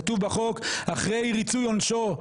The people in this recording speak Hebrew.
כתוב בחוק אחרי ריצוי עונשו,